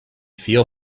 feel